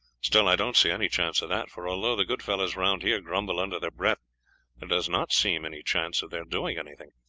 still, i don't see any chance of that, for although the good fellows round here grumble under their breath, there does not seem any chance of their doing anything.